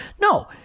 No